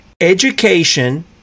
education